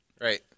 right